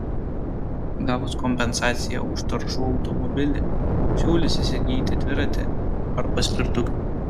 gavus kompensaciją už taršų automobilį siūlys įsigyti dviratį ar paspirtuką